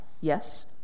Yes